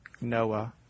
Noah